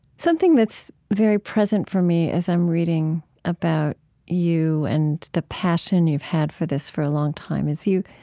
something that's very present for me as i'm reading about you and the passion you've had for this for a long time is you